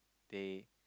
they